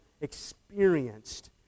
experienced